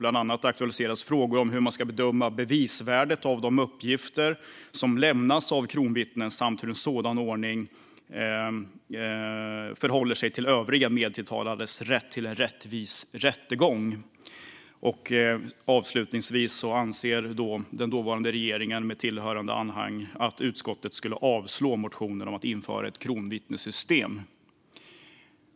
Bland annat aktualiseras frågor om hur man ska bedöma bevisvärdet av de uppgifter som lämnas av kronvittnen samt hur en sådan ordning förhåller sig till övriga medtilltalades rätt till en rättvis rättegång. Avslutningsvis ansåg den dåvarande regeringen med tillhörande anhang att utskottet skulle avstyrka motionen om att införa ett kronvittnessystem.